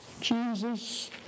Jesus